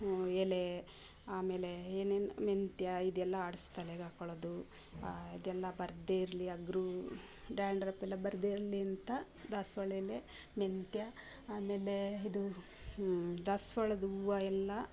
ಎಲೆ ಆಮೇಲೆ ಏನೇನು ಮೆಂತ್ಯ ಇದೆಲ್ಲ ಆಡ್ಸಿ ತಲೆಗಾಕೊಳ್ಳೋದು ಇದೆಲ್ಲ ಬರದೇ ಇರಲಿ ಅಂದರು ಡ್ಯಾಂಡ್ರಪ್ ಎಲ್ಲ ಬರದೇ ಇರಲಿ ಅಂತ ದಾಸ್ವಾಳ ಎಲೆ ಮೆಂತ್ಯ ಆಮೇಲೆ ಇದು ದಾಸ್ವಾಳದ ಹೂವ ಎಲ್ಲ